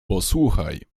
posłuchaj